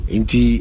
Inti